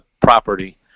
property